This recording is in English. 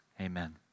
Amen